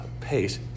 pace